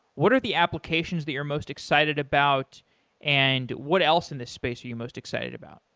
what are the applications that you're most excited about and what else in the space are you most excited about?